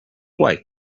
wife